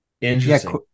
Interesting